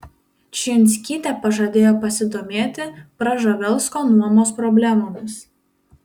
čijunskytė pažadėjo pasidomėti prževalsko nuomos problemomis